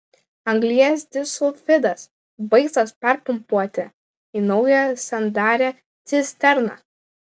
anglies disulfidas baigtas perpumpuoti į naują sandarią cisterną